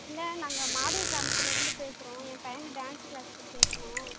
இல்லை நாங்கள் மாடூர் கிராமத்திலருந்து பேசுகிறோம் என் பையனை டான்ஸ் கிளாஸ்சுக்கு சேர்க்கணும்